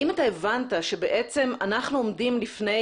האם אתה הבנת שבעצם אנחנו עומדים לפני